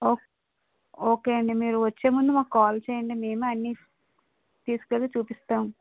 ఓ okay అండి మీరు వచ్చే ముందు మాకు కాల్ చేయండి మేమే అన్నీ తీస్కెళ్లి చూపిస్తాం